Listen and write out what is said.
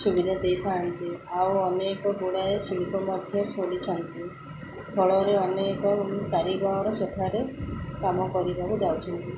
ସୁବିଧା ଦେଇଥାନ୍ତି ଆଉ ଅନେକ ଗୁଡ଼ାଏ ଶିଳ୍ପ ମଧ୍ୟ ଖୋଲିଛନ୍ତି ଫଳରେ ଅନେକ କାରିଗର ସେଠାରେ କାମ କରିବାକୁ ଯାଉଛନ୍ତି